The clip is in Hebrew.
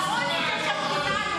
העוני הוא של כולנו.